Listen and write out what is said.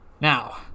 Now